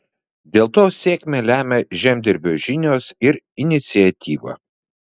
dėl to sėkmę lemia žemdirbio žinios ir iniciatyva